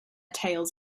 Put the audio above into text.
tails